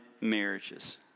marriages